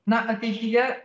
na ateityje